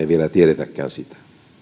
vielä tiedä sitä